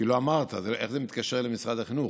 כי לא אמרת, איך זה מתקשר למשרד החינוך.